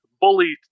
bully